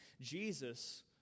Jesus